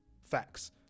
facts